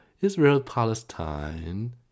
Israel-Palestine